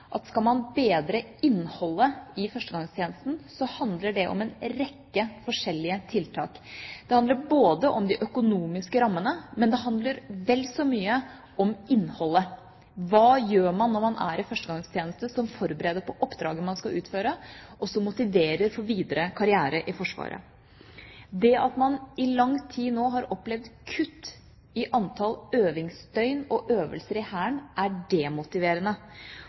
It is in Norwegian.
at skal man bedre innholdet i førstegangstjenesten, handler det om en rekke forskjellige tiltak. Det handler om de økonomiske rammene, men det handler vel så mye om innholdet. Hva gjør man når man er i førstegangstjenesten, som forbereder på oppdraget man skal utføre, og som motiverer for videre karriere i Forsvaret? Det at man i lang tid nå har opplevd kutt i antall øvingsdøgn og øvelser i Hæren, er demotiverende.